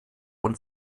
und